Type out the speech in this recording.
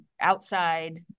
outside